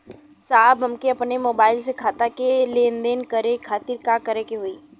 साहब हमके अपने मोबाइल से खाता के लेनदेन करे खातिर का करे के होई?